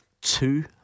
two